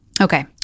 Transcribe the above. Okay